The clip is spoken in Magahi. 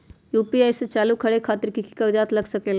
यू.पी.आई के चालु करे खातीर कि की कागज़ात लग सकेला?